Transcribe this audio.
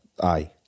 aye